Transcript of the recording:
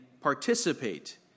participate